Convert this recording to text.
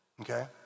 okay